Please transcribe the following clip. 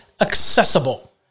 accessible